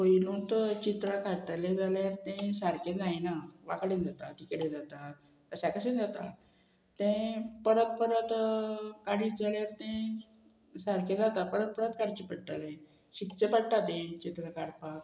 पयलो तो चित्रां काडटलें जाल्यार तें सारकें जायना वांकडेन जाता तिकडे जाता तशें कशें जाता तें परत परत काडीत जाल्यार तें सारकें जाता परत परत काडचें पडटलें शिकचें पडटा तें चित्रां काडपाक